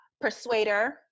persuader